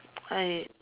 eh